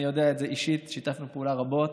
אני יודע את זה אישית, שיתפנו פעולה רבות,